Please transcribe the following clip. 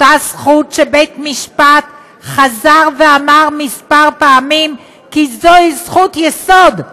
אותה זכות שבית משפט חזר ואמר כמה פעמים כי זוהי זכות יסוד,